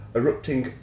erupting